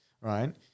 right